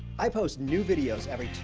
i post new videos every